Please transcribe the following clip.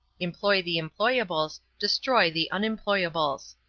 employ the employables. destroy the unemployables